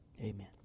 amen